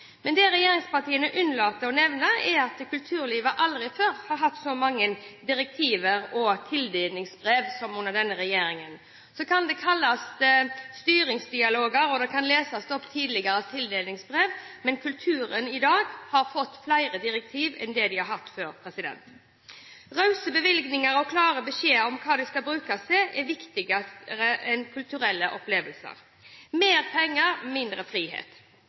Men det regjeringspartiene unnlater å nevne, er at kulturlivet aldri før har hatt så mange direktiver og tildelingsbrev som under denne regjeringen. Så kan det kalles styringsdialog, og det kan leses opp tidligere tildelingsbrev, men kulturen i dag har fått flere direktiver enn det de har hatt før. Rause bevilgninger og klare beskjeder om hva de skal brukes til, er viktigere enn kulturelle opplevelser – mer penger, mindre frihet.